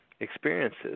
experiences